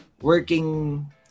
working